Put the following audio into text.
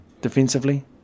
defensively